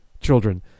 children